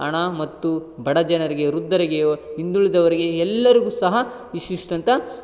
ಹಣ ಮತ್ತು ಬಡ ಜನರಿಗೆ ವೃದ್ಧರಿಗೆ ಹಿಂದುಳಿದವರಿಗೆ ಎಲ್ಲರಿಗೂ ಸಹ ಇಷ್ಟಿಸ್ಟ್ ಅಂತ